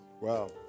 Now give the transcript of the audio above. Wow